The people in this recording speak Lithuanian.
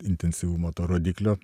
intensyvumo to rodiklio